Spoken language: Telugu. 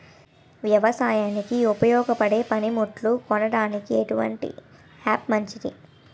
వ్యవసాయానికి ఉపయోగపడే పనిముట్లు కొనడానికి ఎటువంటి యాప్ మంచిది?